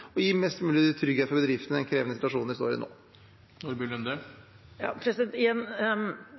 gi mest mulig trygghet for bedriftene i den krevende situasjonen de står i nå.